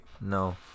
no